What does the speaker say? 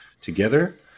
together